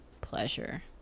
pleasure